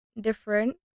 different